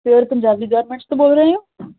ਫੇਰ ਪੰਜਾਬੀ ਗਾਰਮੈਂਟਸ ਤੋਂ ਬੋਲ ਰਹੇ ਹੋ